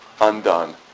undone